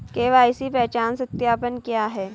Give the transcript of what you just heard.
KYC पहचान सत्यापन क्या है?